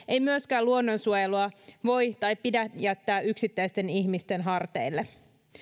ei myöskään luonnonsuojelua voi tai pidä jättää yksittäisten ihmisten harteille